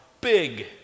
big